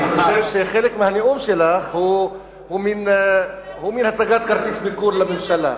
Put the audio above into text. אני חושב שחלק מהנאום שלך הוא מין הצגת כרטיס ביקור לממשלה.